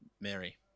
Mary